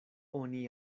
oni